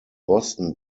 boston